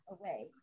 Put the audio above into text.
away